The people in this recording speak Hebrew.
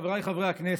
חבריי חברי הכנסת,